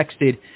texted